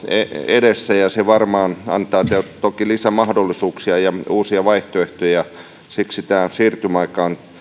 edessä ja se varmaan antaa toki lisämahdollisuuksia ja uusia vaihtoehtoja ja siksi tämä siirtymäaika on